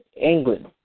England